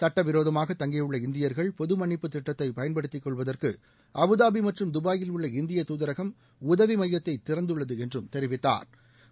சட்ட விரோதமாக தங்கியுள்ள இந்தியர்கள் பொது மன்னிப்பு திட்டத்தை பயன்படுத்திக்கொள்வதற்கு அபுதாபி மற்றும் துபாயில் உள்ள இந்திய துாதரகம் உதவி மையத்தை திறந்துள்ளது என்றும் தெரிவித்தாா்